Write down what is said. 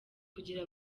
kugira